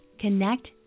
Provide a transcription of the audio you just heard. connect